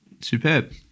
superb